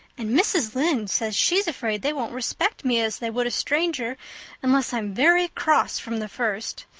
and mrs. lynde says she's afraid they won't respect me as they would a stranger unless i'm very cross from the first.